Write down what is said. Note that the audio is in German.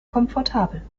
komfortabel